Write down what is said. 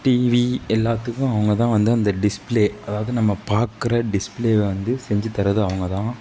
TV எல்லாத்துக்கும் அவங்க தான் வந்து அந்த டிஸ்பிளே அதாவது நம்ம பாக்கிற டிஸ்பிளேவை வந்து செஞ்சு தர்றது அவங்கதான்